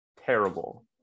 terrible